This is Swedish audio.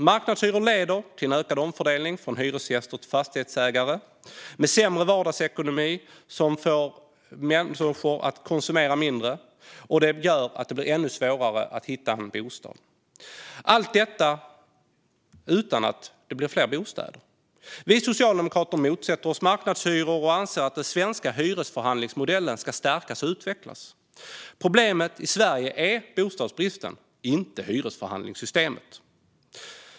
Marknadshyror leder till en ökad omfördelning från hyresgäster till fastighetsägare, med sämre vardagsekonomi som följd, vilket får människor att konsumera mindre. Det gör i sin tur att det blir ännu svårare att hitta en bostad. Allt detta sker utan att det blir fler bostäder. Vi socialdemokrater motsätter oss marknadshyror och anser att den svenska hyresförhandlingsmodellen ska stärkas och utvecklas. Problemet i Sverige är bostadsbristen, inte hyresförhandlingssystemet.